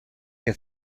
que